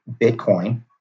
Bitcoin